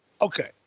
Okay